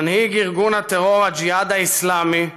מנהיג ארגון הטרור הג'יהאד האסלאמי,